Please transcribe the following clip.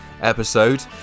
episode